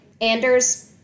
Anders